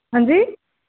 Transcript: हां जी